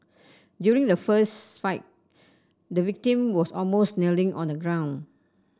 during the fist fight the victim was almost kneeling on the ground